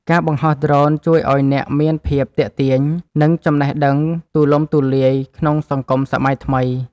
ការបង្ហោះដ្រូនជួយឱ្យអ្នកមានភាពទាក់ទាញ និងចំណេះដឹងទូលំទូលាយក្នុងសង្គមសម័យថ្មី។